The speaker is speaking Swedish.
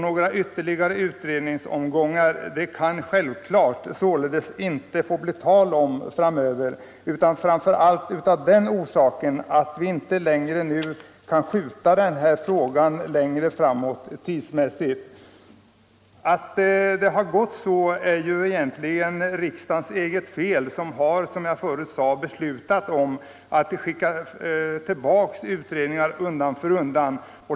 Någon ytterligare utredningsomgång får det inte bli tal om, framför allt av den orsaken att vi inte kan skjuta denna fråga längre framåt i tiden. Att det har dröjt så länge är egentligen riksdagens eget fel, som har beslutat att skicka utredningsuppdraget vidare undan för undan.